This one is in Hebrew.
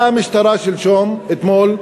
באה המשטרה שלשום, אתמול,